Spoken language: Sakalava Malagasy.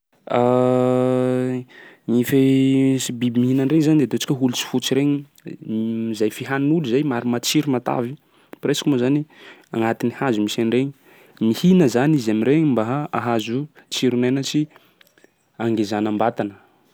Gny fehez- biby minan-dregny 'zany de ataontsika holatsy fotsy 'regny 'zay fihanin'olo 'zay, maro matsiro, matavy. Presque moa 'zany agnatin'ny hazo misy an'iregny. Mihina 'zany izy amin'iregny mba ha- ahazo tsiron'aina sy hangezanam-batana.